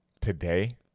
today